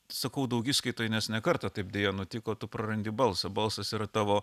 sakau daugiskaitoj nes ne kartą taip deja nutiko tu prarandi balsą balsas yra tavo